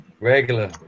Regular